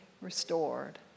restored